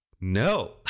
No